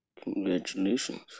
Congratulations